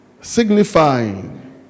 Signifying